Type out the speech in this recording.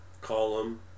column